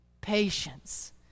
Patience